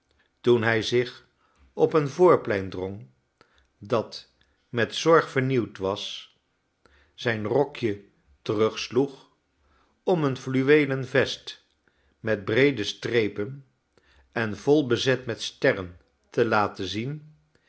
toen hij zich op een voorplein drong dat met zorg vernieuwd was zijn rokje terugsloeg om een fluweelen vest met breede strepen en vol bezet met sterren te laten zien